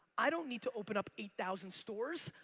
i don't need to open up eight thousand stores.